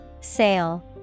Sale